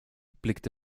blickte